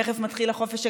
תכף מתחיל החופש הגדול,